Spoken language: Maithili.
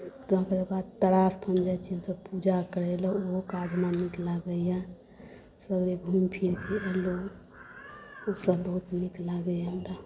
तकर बाद तारा स्थान जाय छी हमसभ पूजा करैलए ओहो काज हमरा नीक लागैए सगरे घूमि फिरिकऽ अएलहुँ ओसब बहुत नीक लागैए हमरा